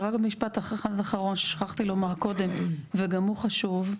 ורק משפט אחד אחרון ששכחתי לומר קודם וגם הוא חשוב.